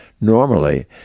normally